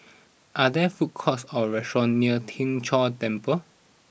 are there food courts or restaurants near Tien Chor Temple